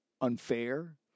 unfair